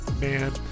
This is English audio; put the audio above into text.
Man